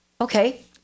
Okay